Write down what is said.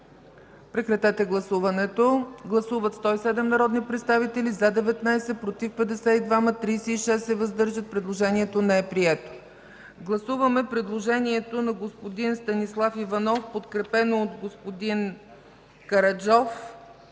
Моля, гласувайте. Гласували 107 народни представители: за 19, против 52, въздържали се 36. Предложението не е прието. Гласуваме предложението на господин Станислав Иванов, подкрепено от господин Караджов